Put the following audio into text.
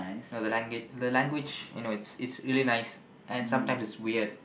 no the language the language you know it's it's really nice and sometimes it's weird